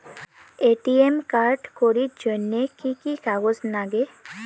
ATM card করির জন্যে কি কি কাগজ নাগে?